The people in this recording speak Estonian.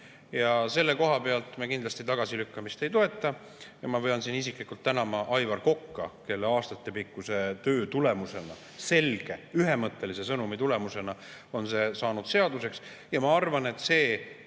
Selle koha pealt me kindlasti tagasilükkamist ei toeta. Ma pean siin isiklikult tänama Aivar Kokka, kelle aastatepikkuse töö tulemusena, selge, ühemõttelise sõnumi tulemusena on see saanud seaduseks. Ja ma arvan, et